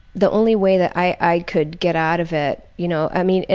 the only way that i i could get out of it, you know, i mean,